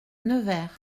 nevers